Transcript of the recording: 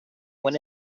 went